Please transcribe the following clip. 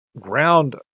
Ground